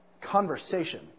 conversation